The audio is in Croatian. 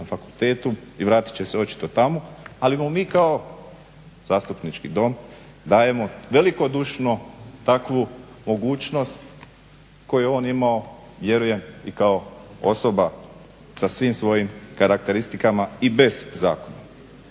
i vratit će se očito tamo. Ali mu mi kao Zastupnički dom dajemo velikodušno takvu mogućnost koju je on imao vjerujem i kao osoba sa svim svojim karakteristikama i bez zakona.